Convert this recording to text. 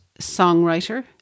songwriter